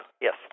Yes